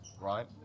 right